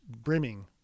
brimming